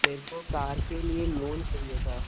मेरे को कार के लिए लोन चाहिए था